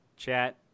Chat